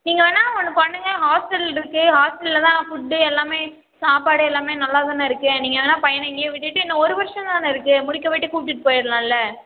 நீங்கள் வேணா ஒன்று பண்ணுங்க ஹாஸ்ட்டல் இருக்குது ஹாஸ்ட்டலில் தான் ஃபுட்டு எல்லாம் சாப்பாடு எல்லாம் நல்லா தானே இருக்குது நீங்கள் வேணுணா பையனை இங்கேயே விட்டுட்டு இன்னும் ஒரு வருடம் தான் இருக்குது முடிக்கவிட்டு கூப்பிட்டுட்டு போயிடலாம்ல